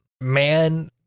man